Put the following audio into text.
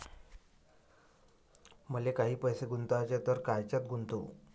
मले काही पैसे गुंतवाचे हाय तर कायच्यात गुंतवू?